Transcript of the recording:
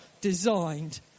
designed